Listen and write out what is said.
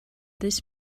this